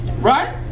right